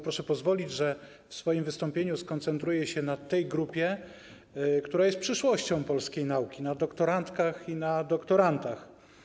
Proszę pozwolić, że w swoim wystąpieniu skoncentruję się na tej grupie, która jest przyszłością polskiej nauki, na doktorantkach i na doktorantach.